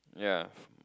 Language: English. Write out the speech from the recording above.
ya